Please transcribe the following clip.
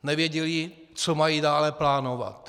Nevěděli, co mají dále plánovat.